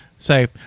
say